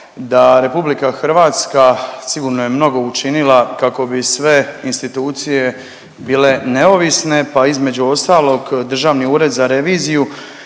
da RH sigurno je mnogo učinila kako bi sve institucije bile neovisne. Pa između ostalog Državni ured za reviziju